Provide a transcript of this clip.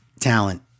talent